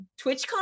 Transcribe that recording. TwitchCon